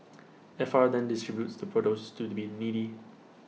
F R then distributes the produce to the been needy